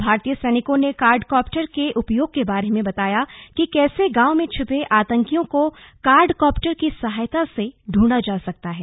भारतीय सैनिकों ने कार्ड काप्टर के उपयोग के बारे में बताया कि कैसे गांवों में छिपे आतंकियों को कार्ड काप्टर की सहायता से ढूंढा जा सकता है